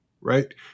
Right